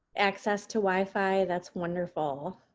access to wi-fi. that's wonderful.